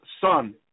son